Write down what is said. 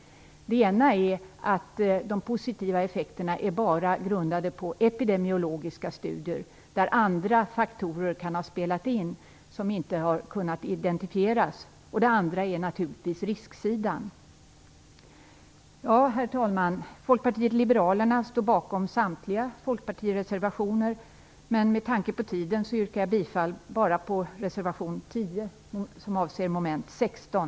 Det ena är att uppgifter om de positiva effekterna enbart är grundade på epidemiologiska studier där andra faktorer som inte har kunnat identifieras kan ha spelat in. Det andra är givetvis riskfaktorerna. Herr talman! Folkpartiet liberalerna står bakom samtliga folkpartireservationer, men av hänsyn till kammarens tid yrkar jag bifall endast till reservation